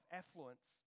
affluence